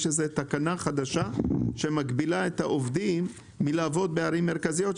יש איזושהי תקנה חדשה שמגבילה את העובדים מלעבוד בערים מרכזיות,